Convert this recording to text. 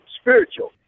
spiritual